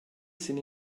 sin